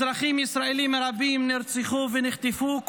אזרחים ישראלים רבים נרצחו ונחטפו,